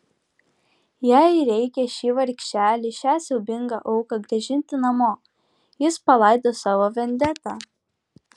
jei reikia šį vargšelį šią siaubingą auką grąžinti namo jis palaidos savo vendetą